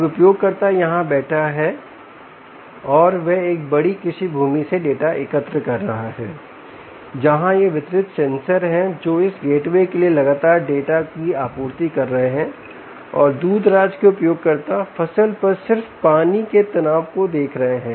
अब उपयोगकर्ता यहां बैठा है और वह एक बड़ी कृषि भूमि से डेटा एकत्र कर रहा है जहां ये वितरित सेंसर हैं जो इस गेटवे के लिए लगातार डेटा की आपूर्ति कर रहे हैं और दूरदराज के उपयोगकर्ता फसल पर सिर्फ पानी के तनाव को देख रहे हैं